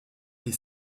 les